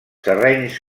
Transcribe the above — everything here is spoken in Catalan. terrenys